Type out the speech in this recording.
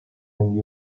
and